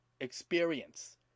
experience